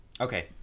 Okay